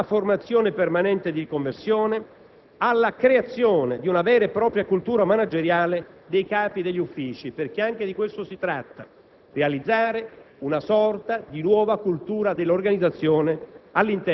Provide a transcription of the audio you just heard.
esaltandone l'apporto alla preparazione dei magistrati di prima nomina, alla formazione permanente e di riconversione, alla creazione di una vera e propria cultura manageriale dei capi degli uffici, perché anche di questo si tratta: